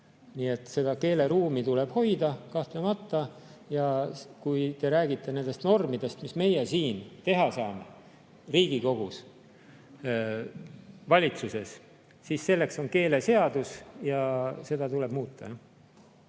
seda keeleruumi tuleb hoida, kahtlemata. Ja kui te räägite nendest normidest, mis meie siin teha saame, Riigikogus, valitsuses, siis selleks on keeleseadus ja seda tuleb muuta.